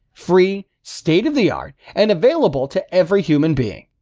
free, state of the art and available to every human being.